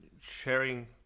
sharing